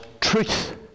truth